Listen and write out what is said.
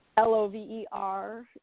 L-O-V-E-R